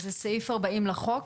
זה סעיף 40 לחוק,